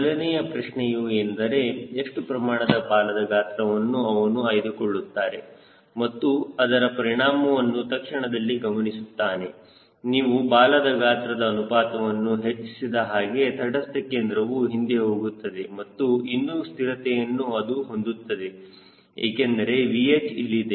ಮೊದಲನೆಯ ಪ್ರಶ್ನೆಯು ಎಂದರೆ ಎಷ್ಟು ಪ್ರಮಾಣದ ಬಾಲದ ಗಾತ್ರವನ್ನು ಅವನು ಆಯ್ದುಕೊಳ್ಳುತ್ತಾರೆ ಮತ್ತು ಅದರ ಪರಿಣಾಮವನ್ನು ತಕ್ಷಣದಲ್ಲಿ ಗಮನಿಸುತ್ತಾನೆ ನೀವು ಬಾಲದ ಗಾತ್ರದ ಅನುಪಾತವನ್ನು ಹೆಚ್ಚಿಸಿದ ಹಾಗೆ ತಟಸ್ಥ ಕೇಂದ್ರವು ಹಿಂದೆ ಹೋಗುತ್ತದೆ ಮತ್ತು ಇನ್ನೂ ಸ್ಥಿರತೆಯನ್ನು ಅದು ಹೊಂದುತ್ತದೆ ಏಕೆಂದರೆ VH ಇಲ್ಲಿದೆ